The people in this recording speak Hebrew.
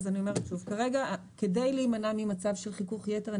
כרגע כדי להימנע ממצב של חיכוך יתר,